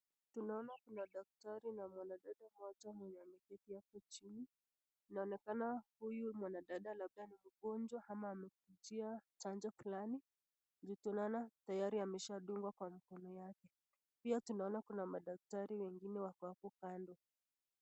Tunaona kuna daktari na mwanadada mmoja mwenye ameketi hapo chini inaonekana huyu mwanadada anakaa ni mgonjwa ama amekujia chanjo fulani juu tunaona tayari ameshadungwa kwa mkono yake pia tunaona kuna madaktari wengine wako hapo kando.